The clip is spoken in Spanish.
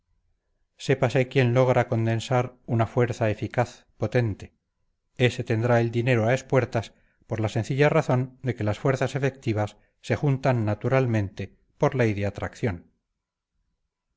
tranquilizadora sépase quién logra condensar una fuerza eficaz potente ese tendrá el dinero a espuertas por la sencilla razón de que las fuerzas efectivas se juntan naturalmente por ley de atracción